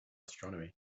astronomy